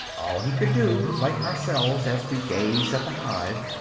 all he could do, like ourselves as we gaze at the hive,